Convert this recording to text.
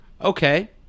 Okay